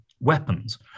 Weapons